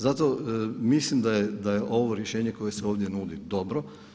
Zato mislim da je ovo rješenje koje se ovdje nudi dobro.